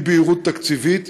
אי-בהירות תקציבית,